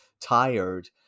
tired